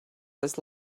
was